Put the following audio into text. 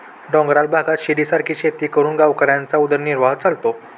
डोंगराळ भागात शिडीसारखी शेती करून गावकऱ्यांचा उदरनिर्वाह चालतो